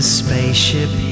spaceship